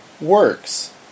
works